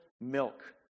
milk